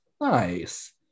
nice